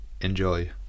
Enjoy